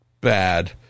bad